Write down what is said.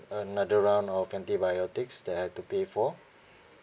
another round of antibiotics that I had to pay for